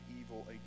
evil